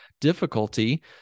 difficulty